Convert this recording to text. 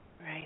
Right